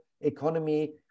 economy